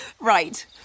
Right